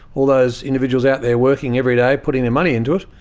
all those individuals out there working every day putting their money into it,